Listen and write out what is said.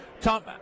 Tom